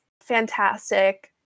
fantastic